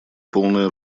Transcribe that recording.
полное